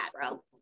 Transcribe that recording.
bro